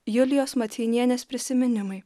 julijos maceinienės prisiminimai